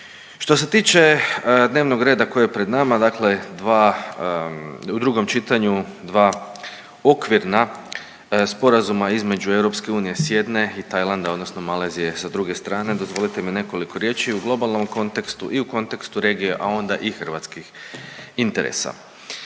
Što se tiče dnevnog reda koji je pred nama, dakle u drugom čitanju dva okvirna sporazuma između EU s jedne i Tajlanda, odnosno Malezije sa druge strane dozvolite mi nekoliko riječi u globalnom kontekstu i u kontekstu regije, a onda i hrvatskih interesa.